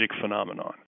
phenomenon